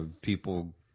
people